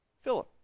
Philip